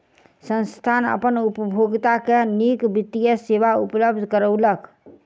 संस्थान अपन उपभोगता के नीक वित्तीय सेवा उपलब्ध करौलक